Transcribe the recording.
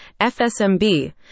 FSMB